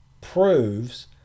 proves